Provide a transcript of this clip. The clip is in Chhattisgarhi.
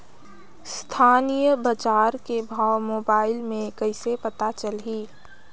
स्थानीय बजार के भाव मोबाइल मे कइसे पता चलही?